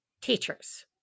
teachers